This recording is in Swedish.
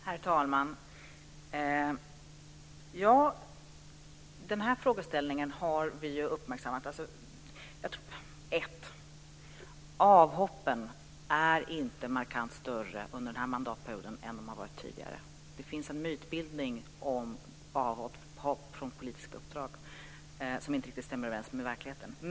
Herr talman! Den här frågeställningen har vi uppmärksammat. Avhoppen är inte markant större under den här mandatperioden än de har varit tidigare. Det finns en mytbildning om avhopp från politiska uppdrag som inte riktigt stämmer med verkligheten.